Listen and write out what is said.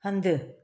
हंधि